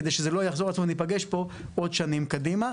כדי שזה לא יחזור על עצמו ונפגש פה עוד כמה שנים קדימה.